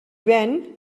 ven